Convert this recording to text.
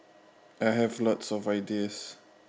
I have lots of ideas